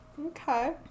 Okay